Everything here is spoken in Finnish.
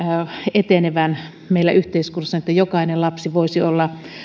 etenevän meillä yhteiskunnassa että jokainen lapsi voisi olla tavallaan